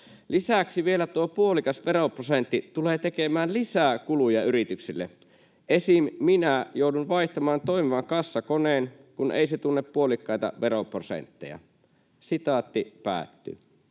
Lisäksi vielä tuo puolikas veroprosentti tulee tekemään lisää kuluja yrityksille. Esim. minä joudun vaihtamaan toimivan kassakoneen, kun ei se tunne puolikkaita veroprosentteja.” Arvoisa